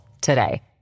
today